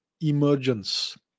emergence